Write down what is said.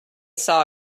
saw